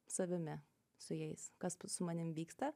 savimi su jais kas su manim vyksta